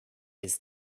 his